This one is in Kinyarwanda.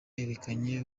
yerekanye